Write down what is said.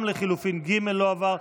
גם לחלופין ב' לא עבר.